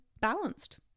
balanced